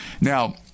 Now